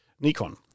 Nikon